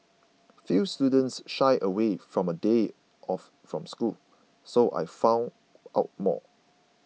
few students shy away from a day off from school so I found out more